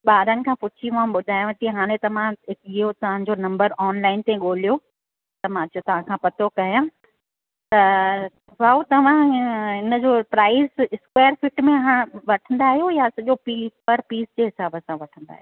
ॿारनि खां पुछी मां ॿुधायव थी हाणे त मां इहो तव्हांजो नंबर ऑनलाइन ते ॻोल्हयो त मां चयो तव्हांखां पतो कया त भाऊ तव्हां हिनजो प्राइज़ स्क्वेयर फिट में वठंदा आहियो या सॼो पी पर पीस जे हिसाबु सां वठंदा आहियो